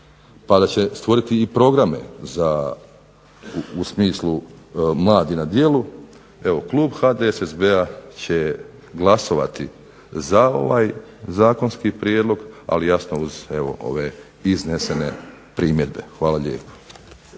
pa da će stvoriti i programe za u smislu Mladi na djelu Klub HDSSB-a će glasovati za ovaj Zakonski prijedlog ali jasno uz ove iznesene primjedbe. Hvala lijepo.